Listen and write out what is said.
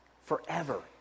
forever